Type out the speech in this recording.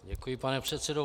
Děkuji, pane předsedo.